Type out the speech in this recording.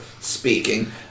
speaking